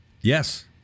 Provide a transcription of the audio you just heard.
yes